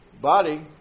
body